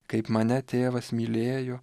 kaip mane tėvas mylėjo